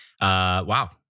wow